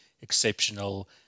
exceptional